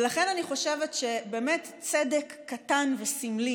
ולכן אני חושבת שבאמת צדק קטן וסמלי